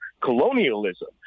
colonialism